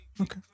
Okay